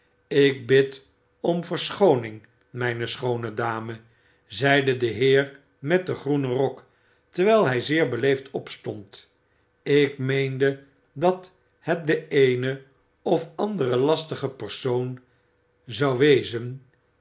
ik bid om verschooning mijne schoone dame zeide de heer met den groenen rok terwijl hij zeer beleefd opstond ik meende dat het de eene of andere lastige persoon zou wezen